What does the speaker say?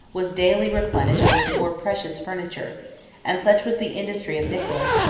was daily replenished with more precious furniture and such was the industry of nicholas,